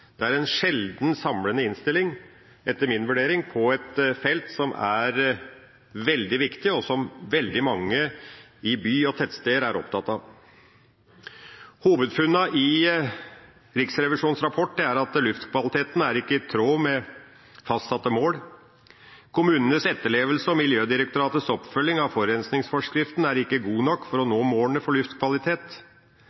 Det er en sjeldent samlende innstilling, etter min vurdering, på et felt som er veldig viktig, og som veldig mange i byer og tettsteder er opptatt av. Hovedfunnene i Riksrevisjonens rapport er at luftkvaliteten ikke er i tråd med fastsatte mål. Kommunenes etterlevelse og Miljødirektoratets oppfølging av forurensningsforskriften er ikke god nok for å